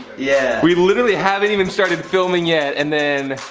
yeah. we literally haven't even started filming yet, and then.